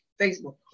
Facebook